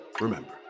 remember